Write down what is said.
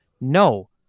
No